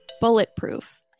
bulletproof